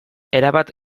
erabat